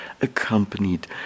accompanied